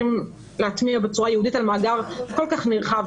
להטמיע בצורה ייעודית על מאגר כל כך נרחב,